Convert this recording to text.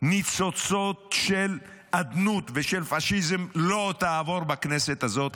ניצוצות של אדנות ושל פשיזם לא תעבור בכנסת הזאת.